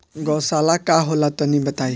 गौवशाला का होला तनी बताई?